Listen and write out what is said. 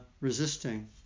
resisting